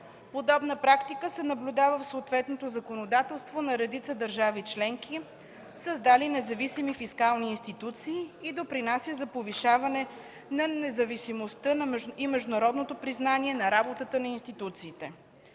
Подобна практика се наблюдава в съответното законодателство на редица държави членки, създали независими фискални институции, и допринася за повишаване на независимостта и международното признание на работата на институцията.